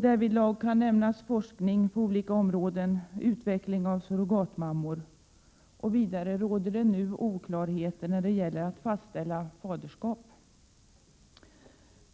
Därvidlag kan nämnas forskning på olika områden och utveckling av surrogatmammor. Vidare råder nu oklarheter när det gäller att fastställa faderskap.